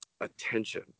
attention